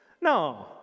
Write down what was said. no